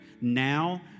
now